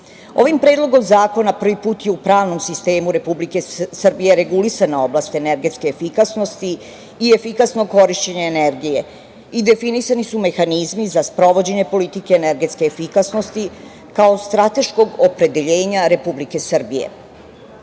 Predlogom zakona prvi put je u pravnom sistemu Republike Srbije regulisana oblast energetske efikasnosti, efikasno korišćenje energije i definisani su mehanizmi za sprovođenje politike energetske efikasnosti kao strateškog opredeljenja Republike